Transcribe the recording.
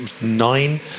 nine